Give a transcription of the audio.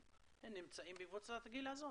הם נמצאים בקבוצת הגיל הזאת.